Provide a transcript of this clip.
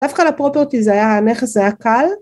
דווקא לפרופרטי זה היה... נכס זה היה קל.